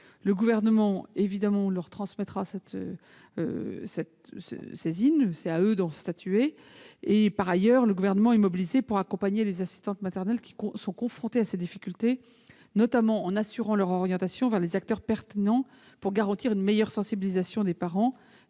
Le Gouvernement leur transmettra bien sûr cette demande, sur laquelle ils auront à statuer. Par ailleurs, le Gouvernement est mobilisé pour accompagner les assistantes maternelles qui sont confrontées à ces difficultés, notamment en assurant leur orientation vers les acteurs pertinents pour garantir une meilleure sensibilisation des parents,